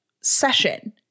session